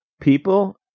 people